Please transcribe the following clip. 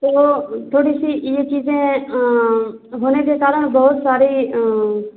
तो थोड़ी सी ये चीज़ें होने के कारण बहुत सारी